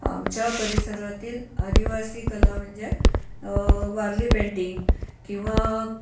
आमच्या परिसरातील आदिवासी कला म्हणजे वारली पेंटिंग किंवा